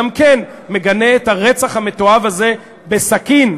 גם כן מגנה את הרצח המתועב הזה בסכין.